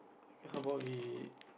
how about it